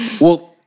Well-